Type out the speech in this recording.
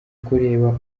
kureba